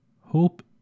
Hope